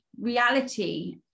reality